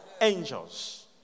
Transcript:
Angels